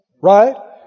Right